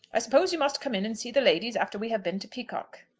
i suppose you must come in and see the ladies after we have been to peacocke?